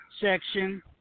section